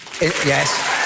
Yes